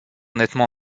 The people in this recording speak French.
nettement